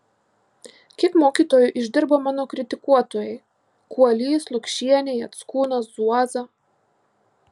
kiek mokytoju išdirbo mano kritikuotojai kuolys lukšienė jackūnas zuoza